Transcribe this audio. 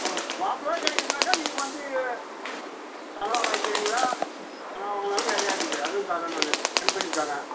ஓ பாப்புலராக கேட்டிக்கிட்டிங்கன்னாக்கா நீங்கள் வந்து கனவா வாங்க்கிறீங்களா கனவா வாங்கினாலும் நிறையா இருக்குது அதுவும் தர்றேன் நான் கம்மி பண்ணித் தர்றேன்